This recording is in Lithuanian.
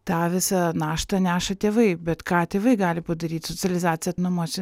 tą visą naštą neša tėvai bet ką tėvai gali padaryt socializacija namuose